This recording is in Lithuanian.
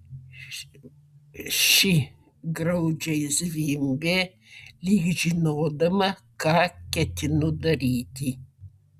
ši graudžiai zvimbė lyg žinodama ką ketinu daryti